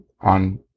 on